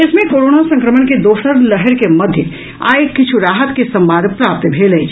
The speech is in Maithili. देश मे कोरोना संक्रमण के दोसर लहरि के मध्य आई किछु राहत के संवाद प्राप्त भेल अछि